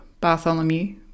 Bartholomew